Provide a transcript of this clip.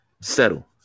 Settle